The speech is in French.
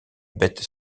beth